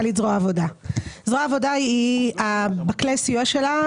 לעובדים כי חלילה יהיה מהלך של סגירה,